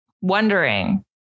Wondering